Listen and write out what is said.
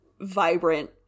vibrant